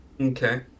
Okay